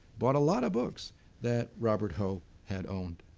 bought a lot of books that robert hoe had owned.